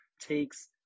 takes